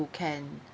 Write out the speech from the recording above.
can